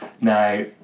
Now